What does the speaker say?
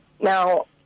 Now